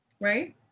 right